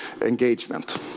engagement